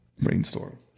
brainstorm